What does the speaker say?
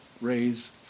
raise